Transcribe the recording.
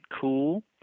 cool